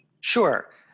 Sure